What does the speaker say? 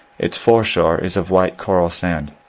its foreshore is of white coral sand.